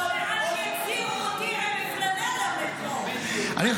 עוד מעט יוציאו אותי עם מפלגה --- מה קרה?